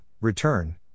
return